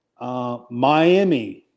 Miami